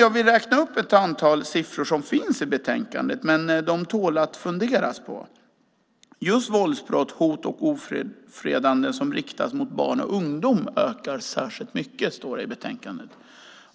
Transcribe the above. Jag vill räkna upp ett antal siffror som finns i betänkandet och som tål att funderas på. Våldsbrott, hot och ofredande som riktas mot barn och ungdom ökar särskilt mycket, står det i betänkandet.